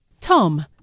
Tom